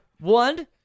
One